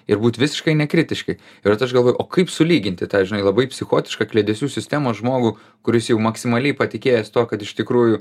ir būt visiškai nekritiški ir vat aš galvoju o kaip sulyginti tą žinai labai psichotišką kliedesių sistemą žmogų kuris jau maksimaliai patikėjęs tuo kad iš tikrųjų